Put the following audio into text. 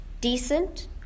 decent